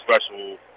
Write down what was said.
special